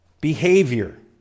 Behavior